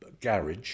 garage